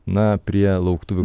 na prie lauktuvių